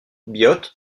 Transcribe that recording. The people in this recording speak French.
biot